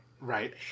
Right